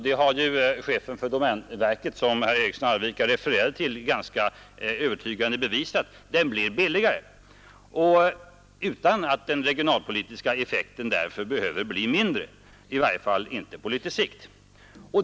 Det har chefen för domänverket, som herr Eriksson i Arvika refererade till, ganska övertygande bevisat. Den och den regionalpolitiska effekten behöver därför inte bli mindre, i varje fall inte på sikt.